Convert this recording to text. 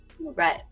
Right